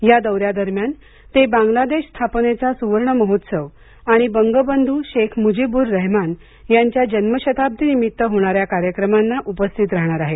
या दौऱ्यादरम्यान ते बांग्लादेश स्थापनेचा सुवर्ण महोत्सव आणि बंगबंधू शेख मुजीबूर रहमान यांच्या जन्मशताब्दी निमित्त होणाऱ्या कार्यक्रमांना उपस्थित राहणार आहेत